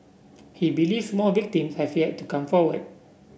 he believes more victims have yet to come forward